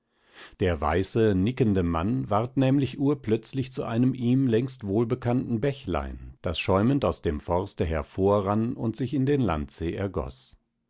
der weiße nickende mann ward nämlich urplötzlich zu einem ihm längst wohlbekannten bächlein das schäumend aus dem forste hervorrann und sich in den landsee ergoß